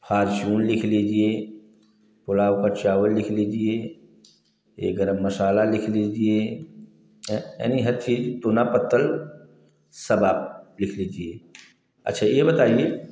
Fortune लिख लीजिए गुलाब का चावल लिख लीजिए यह गरम मसाला लिख लीजिए हैं यानी हर चीज़ दोना पत्तल सब आप लिख लीजिए अच्छा यह बताइए